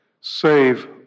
Save